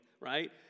right